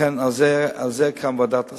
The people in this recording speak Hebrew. לכן, על זה קמה ועדת הסל,